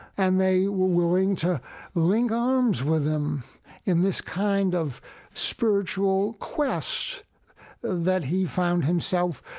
and they were willing to link arms with him in this kind of spiritual quest that he found himself,